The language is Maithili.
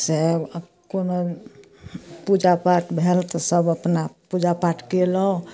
से आब कोनो पूजा पाठ भेल तऽ सभ अपना पूजा पाठ कएलहुँ